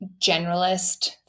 generalist